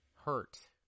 Hurt